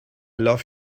love